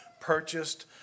purchased